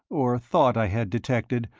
or thought i had detected,